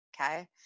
okay